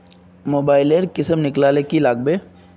Mobile लेर किसम निकलाले की लागबे?